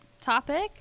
topic